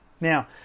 Now